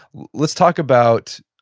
let's talk about,